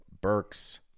Burks